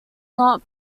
not